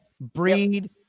breed